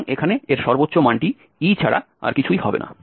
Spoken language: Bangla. সুতরাং এখানে এর সর্বোচ্চ মানটি e ছাড়া আর কিছুই হবে না